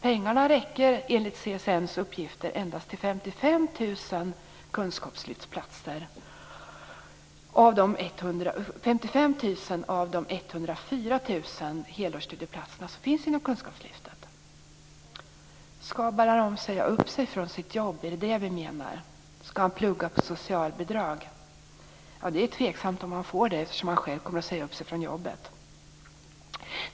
Pengarna räcker enligt CSN:s uppgifter till endast 55 000 av de 104 000 helårsplatser som finns inom kunskapslyftet. Skall Balaram säga upp sig från sitt jobb? Skall han plugga på socialbidrag? Det är tveksamt om han kommer att få det eftersom han själv säger upp sig från jobbet.